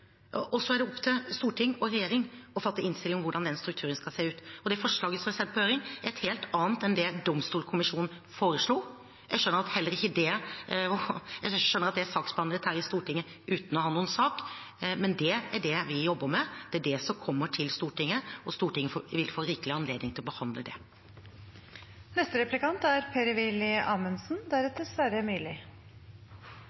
og så er det opp til storting og regjering å komme med en innstilling om hvordan den strukturen skal se ut. Forslaget som er sendt på høring, er et helt annet enn det Domstolkommisjonen foreslo. Jeg skjønner at det er saksbehandlet her i Stortinget uten å ha noen sak, men det er det vi jobber med, det er det som kommer til Stortinget, og Stortinget vil få rikelig anledning til å behandle det. Jeg tror statsråden er